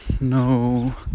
no